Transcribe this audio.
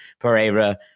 Pereira